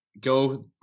go